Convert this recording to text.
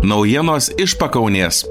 naujienos iš pakaunės